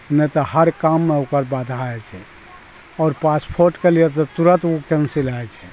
नहि तऽ हर काममे ओकर बाधा हइ छै आओर पासपोर्टके लिये तऽ तुरत उ कैंसिल हइ छै